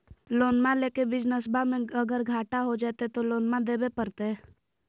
लोनमा लेके बिजनसबा मे अगर घाटा हो जयते तो लोनमा देवे परते?